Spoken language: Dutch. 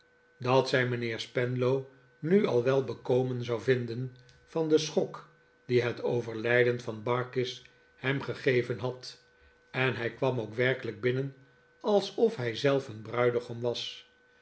dat zij mijnheer spenlow nu al wel bekomen zouvinden van den schok dieh het overlijden van barkis hem gegeven had en hi kwam ook werkelijk binnen alsof hij zelf een bruidegom was